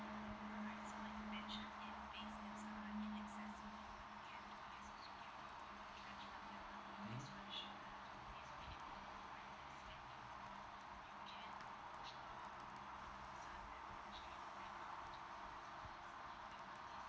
mmhmm